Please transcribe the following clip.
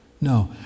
No